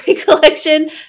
collection